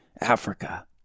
Africa